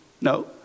No